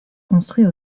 construit